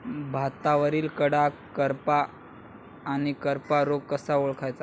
भातावरील कडा करपा आणि करपा रोग कसा ओळखायचा?